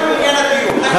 טוב.